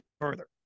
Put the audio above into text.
further